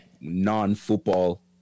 non-football